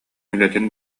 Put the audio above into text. үлэтин